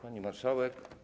Pani Marszałek!